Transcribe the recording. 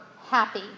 happy